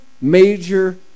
major